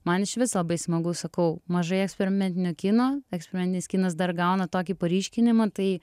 man išvis labai smagu sakau mažai eksperimentinio kino eksperimentinis kinas dar gauna tokį paryškinimą tai